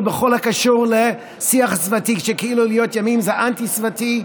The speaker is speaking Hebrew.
בכל הקשור לשיח הסביבתי שכאילו להיות ימין זה אנטי-סביבתי,